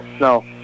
No